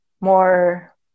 more